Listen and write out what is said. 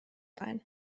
ein